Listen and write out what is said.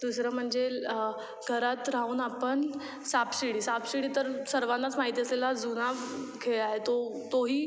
दुसरं म्हणजे घरात राहून आपण सापशिडी सापशिडी तर सर्वांनाच माहीत असलेला जुना खेळ आहे तो तोही